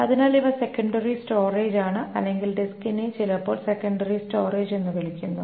അതിനാൽ ഇവ secondary storage ആണ് അല്ലെങ്കിൽ ഡിസ്കിനെ ചിലപ്പോൾ സെക്കന്ററി സ്റ്റോറേജ് ആണ് എന്ന് വിളിക്കുന്നു